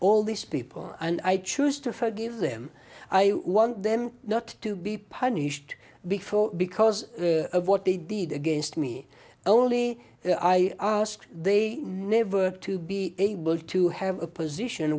all these people and i choose to forgive them i want them not to be punished before because of what they did against me only their i ask they never to be able to have a position